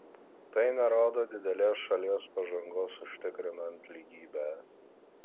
tai nerodo didelės šalies pažangos užtikrinant lygybę